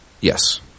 Yes